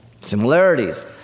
similarities